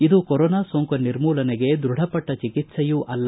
ಇದು ಕೊರೊನಾ ಸೋಂಕು ನಿರ್ಮೂಲನೆಗೆ ದೃಢಪಟ್ಟ ಚಿಕಿತ್ಸೆಯೂ ಅಲ್ಲ